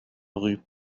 rue